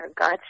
God